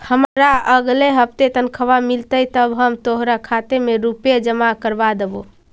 हमारा अगला हफ्ते तनख्वाह मिलतई तब हम तोहार खाते में रुपए जमा करवा देबो